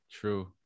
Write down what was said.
true